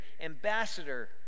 ambassador